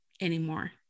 anymore